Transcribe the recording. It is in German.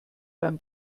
beim